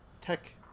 tech